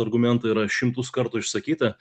argumentai yra šimtus kartų išsakyta